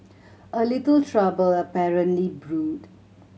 a little trouble apparently brewed